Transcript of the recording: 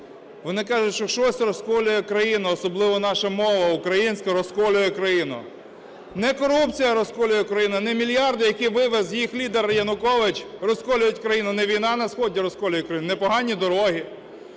Вони кажуть, що щось розколює країну, особливо наша мова українська розколює країну. Не корупція розколює країну, не мільярди, які вивіз їх лідер Янукович, розколюють країну, не війна на сході розколює країну, не погані дороги,